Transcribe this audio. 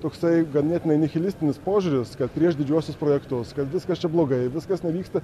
toks tai ganėtinai nihilistinis požiūris kad prieš didžiuosius projektus kad viskas čia blogai viskas nevyksta